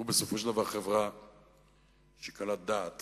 ובסופו של דבר חברה שהיא קלת דעת